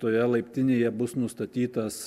toje laiptinėje bus nustatytas